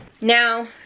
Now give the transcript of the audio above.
now